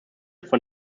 von